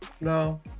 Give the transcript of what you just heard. No